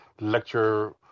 lecture